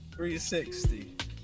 360